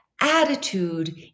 Attitude